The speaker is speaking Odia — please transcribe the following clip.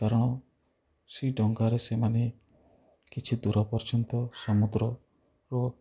କାରଣ ସେଇ ଡଙ୍ଗାରେ ସେମାନେ କିଛି ଦୂର ପର୍ଯ୍ୟନ୍ତ ସମୁଦ୍ରର